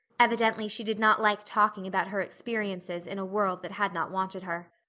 evidently she did not like talking about her experiences in a world that had not wanted her.